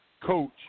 coach